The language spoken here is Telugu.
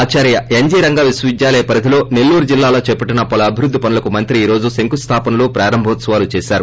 ఆదార్య ఎన్షీ రంగా యూనివర్సిటీ పరిధిలో సెల్లూరు జిల్లాలో చేపట్లిన పలు అభివృద్ధి పనులకు మంత్రి ఈరోజు శంకుస్లాపనలు ప్రారంభోత్సవాలు చేశారు